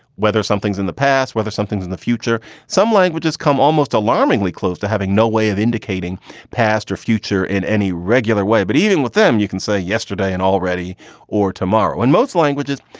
whether something's in the past, whether something's in the future. some languages come almost alarmingly close to having no way of indicating past or future in any regular way. but even with them, you can say yesterday and already or tomorrow in most languages,